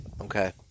Okay